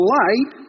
light